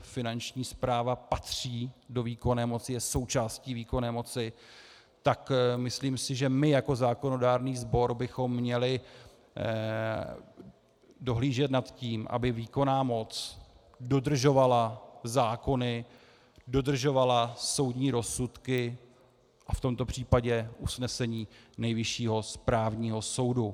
Finanční správa patří do výkonné moci, je součástí výkonné moci, tak si myslím, že my jako zákonodárný sbor bychom měli dohlížet nad tím, aby výkonná moc dodržovala zákony, dodržovala soudní rozsudky, a v tomto případě usnesení Nejvyššího správního soudu.